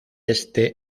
este